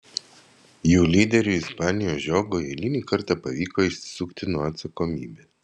jų lyderiui ispanijoje žiogui eilinį kartą pavyko išsisukti nuo atsakomybės